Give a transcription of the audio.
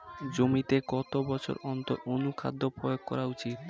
জমিতে কত বছর অন্তর অনুখাদ্য প্রয়োগ করা উচিৎ?